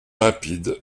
rapide